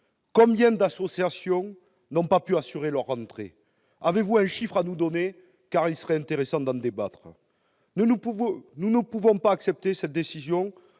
Combien d'associations n'ont pas pu assurer leur rentrée ? Avez-vous un chiffre à nous communiquer, monsieur le ministre ? Il serait intéressant d'en débattre. Nous ne pouvons accepter cette décision